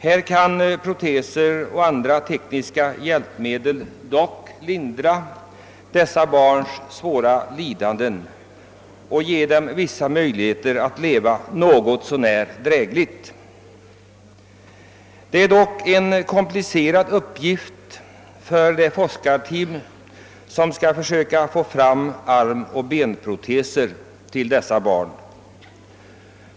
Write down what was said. Här kan proteser och andra tekniska hjälpmedel dock lindra dessa barns lidanden och ge dem vissa möjligheter att leva något så när drägligt. Det är dock en komplicerad uppgift för det forskarteam som skall försöka få fram armoch benproteser till dessa barn.